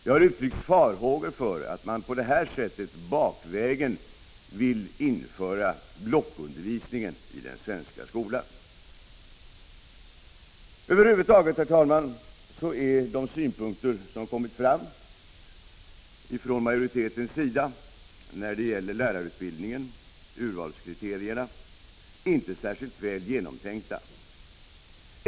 Det har uttryckts farhågor för att man på detta sätt bakvägen vill införa blockundervisning i den svenska skolan. Över huvud taget, herr talman, är de synpunkter som har kommit fram från majoritetens sida när det gäller lärarutbildningen och urvalskriterierna inte särskilt väl genomtänkta.